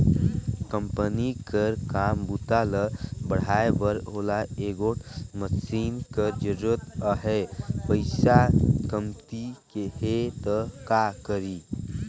Company कर काम बूता ल बढ़ाए बर ओला एगोट मसीन कर जरूरत अहे, पइसा कमती हे त का करी?